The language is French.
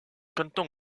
canton